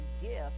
gift